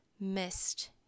missed